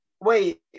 Wait